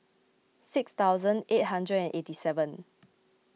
six thousand eight hundred and eighty seven